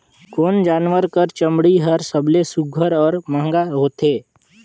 कोन जानवर कर चमड़ी हर सबले सुघ्घर और महंगा होथे?